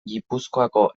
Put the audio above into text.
gipuzkoako